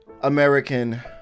American